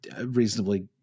reasonably –